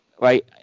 Right